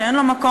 שאין לו מקום,